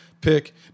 Pick